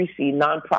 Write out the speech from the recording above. nonprofit